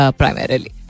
primarily